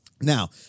Now